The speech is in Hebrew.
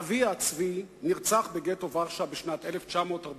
אביה, צבי, נרצח בגטו ורשה בשנת 1941,